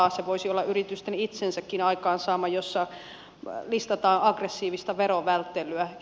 se voisi olla yritysten itsensäkin aikaansaama jossa listataan aggressiivista verovälttelyä